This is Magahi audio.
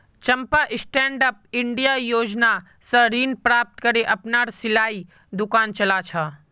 चंपा स्टैंडअप इंडिया योजना स ऋण प्राप्त करे अपनार सिलाईर दुकान चला छ